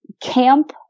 camp